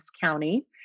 County